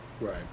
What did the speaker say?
Right